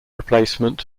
replacement